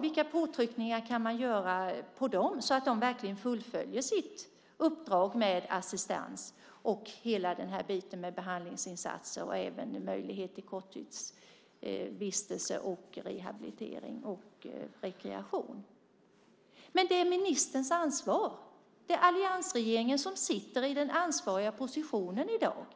Vilka påtryckningar kan man göra på kommunerna så att de verkligen fullföljer sitt uppdrag med assistans, behandlingsinsatser och möjlighet till korttidsvistelse, rehabilitering och rekreation? Men det är ministerns ansvar. Det är alliansregeringen som sitter i den ansvariga positionen i dag.